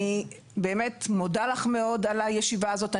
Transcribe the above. אני מודה לך מאוד על הישיבה הזאת.